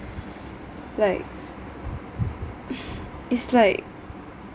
like it's like